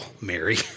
Mary